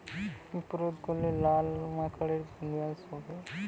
কি প্রয়োগ করলে লাল মাকড়ের বিনাশ হবে?